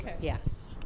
yes